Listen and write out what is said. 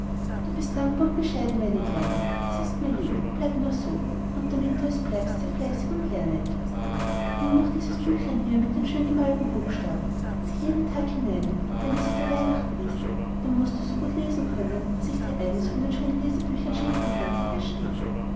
du bist dankbar und bescheiden meine kleine das ist mir lieb bleibe nur so und damit du es bleibst sei fleißig und lerne etwas nimm noch dieses büchlein hier mit den schön gemalten buchstaben sieh jeden tag hinein und wenn es wieder weihnacht ist dann mußt du so gut lesen können daß ich dir eines von den schönen lesebüchern schenken kann die hier stehen